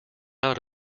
out